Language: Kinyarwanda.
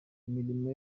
imirimo